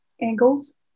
angles